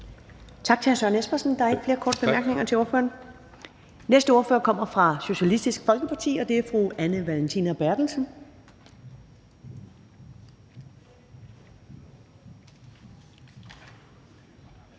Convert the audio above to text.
Tak til hr. Søren Espersen. Der er ikke flere korte bemærkninger til ordføreren. Den næste ordfører kommer fra Socialistisk Folkeparti, og det er fru Anne Valentina Berthelsen.